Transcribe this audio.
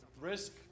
Risk